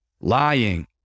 lying